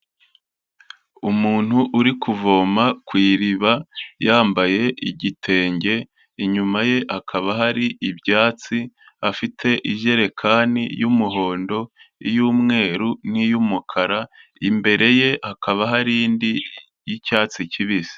Umuntu uri kuvoma ku iriba yambaye igitenge, inyuma ye hakaba hari ibyatsi, afite ijerekani y'umuhondo, iy'umweru, n'iy'umukara, imbere ye hakaba hari indi y'icyatsi kibisi.